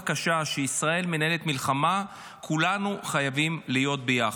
קשה כשישראל מנהלת מלחמה כולנו חייבים להיות ביחד.